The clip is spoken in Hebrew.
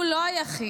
הוא לא היחיד.